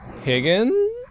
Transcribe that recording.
Higgins